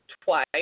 twice